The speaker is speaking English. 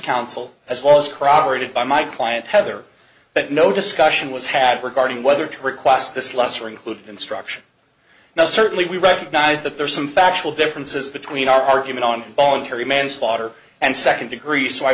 counsel as was corroborated by my client heather but no discussion was had regarding whether to request this lesser included instruction now certainly we recognize that there are some factual differences between our argument on voluntary manslaughter and second degree so i